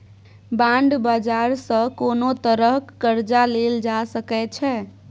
bond बाजार सँ कोनो तरहक कर्जा लेल जा सकै छै